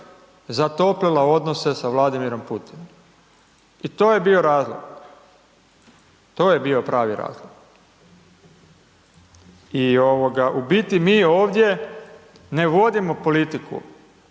zatoplila odnose sa Vladimirom Putinom i to je bio razlog, to je bio pravi razlog. I u biti mi ovdje ne vodimo politiku